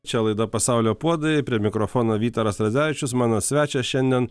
čia laida pasaulio puodai prie mikrofono vytaras radzevičius mano svečias šiandien